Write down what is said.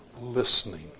listening